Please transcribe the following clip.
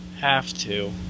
have-to